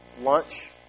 lunch